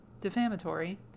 defamatory